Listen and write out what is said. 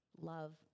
love